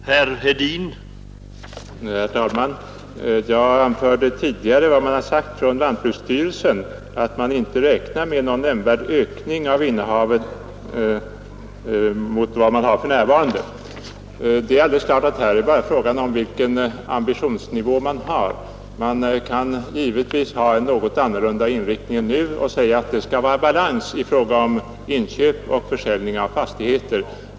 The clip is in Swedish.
Herr talman! Jag nämnde tidigare vad lantbruksstyrelsen har anfört. Man räknar inte med någon nämnvärd ökning av innehavet mot vad man har för närvarande. Det är alldeles klart att här bara är fråga om vilken ambitionsnivå man har. Givetvis kan man ha en något annorlunda inriktning än nu och säga att det skall vara balans mellan inköp och försäljning av fastigheter.